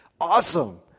Awesome